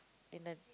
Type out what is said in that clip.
in a